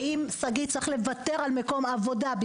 אני מתכבד לפתוח את ישיבת הוועדה לצמצום הפערים החברתיים